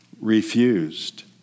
refused